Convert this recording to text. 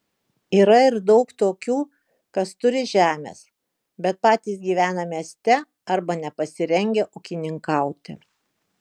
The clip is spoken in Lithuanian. yra ir daug tokių kas turi žemės bet patys gyvena mieste arba nepasirengę ūkininkauti